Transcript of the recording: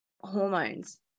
hormones